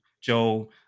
Joe